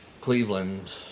Cleveland